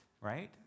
Right